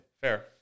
Fair